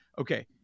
okay